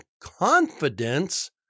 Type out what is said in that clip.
confidence